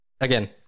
Again